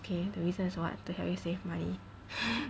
okay the reason is what to help you save money